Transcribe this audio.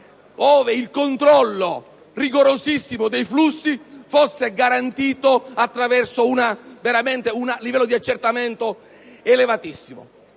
ove il controllo rigorosissimo dei flussi fosse garantito attraverso un livello di accertamento elevatissimo.